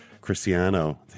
Cristiano